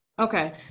Okay